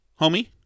Homie